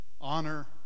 honor